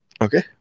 okay